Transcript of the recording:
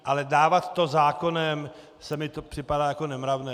Ale dávat to zákonem, to mi připadá jako nemravné.